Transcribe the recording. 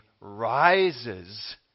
rises